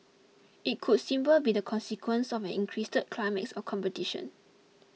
it could simply be the consequence of an increased climate of competition